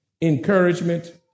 encouragement